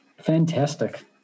Fantastic